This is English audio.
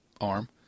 arm